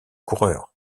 coureurs